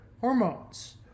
hormones